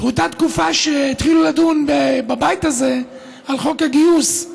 באותה תקופה שהתחילו לדון בבית הזה על חוק הגיוס,